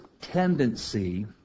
tendency